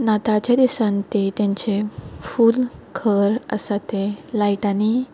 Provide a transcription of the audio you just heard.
नाताळच्या दिसांनी ते तांचे फूल घर आसा ते लायट आनी